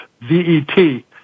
V-E-T